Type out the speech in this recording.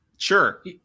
Sure